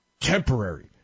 temporary